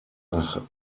nach